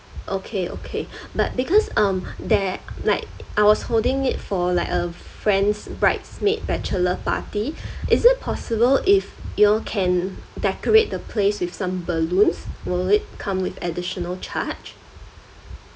okay okay but because um there like I was holding it for like a friend's bridesmaid bachelor party is it possible if you all can decorate the place with some balloons will it come with additional charge